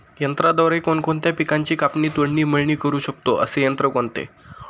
यंत्राद्वारे कोणकोणत्या पिकांची कापणी, तोडणी, मळणी करु शकतो, असे यंत्र कोणते?